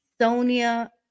Sonia